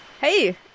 Hey